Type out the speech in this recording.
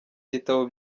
gitabo